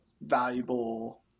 valuable